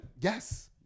Yes